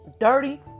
dirty